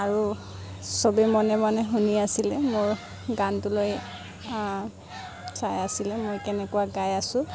আৰু চবে মনে মনে শুনি আছিলে মোৰ গানটোলৈ চাই আছিলে মই কেনেকুৱা গাই আছোঁ